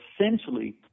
essentially